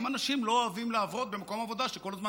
אנשים לא אוהבים לעבוד במקום עבודה כשכל הזמן